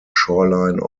shoreline